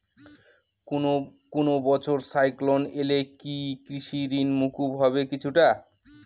কোনো বছর সাইক্লোন এলে কি কৃষি ঋণ মকুব হবে কিছুটা?